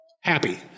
Happy